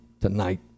tonight